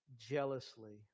jealously